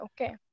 Okay